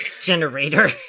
generator